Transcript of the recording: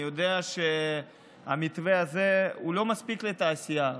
אני יודע שהמתווה הזה לא מספיק לתעשייה.